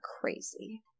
crazy